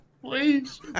please